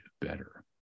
better